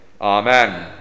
Amen